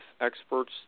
experts